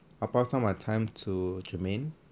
I pass off my time to germaine